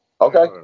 okay